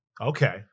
Okay